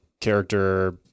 character